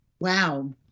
Wow